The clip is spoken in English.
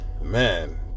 man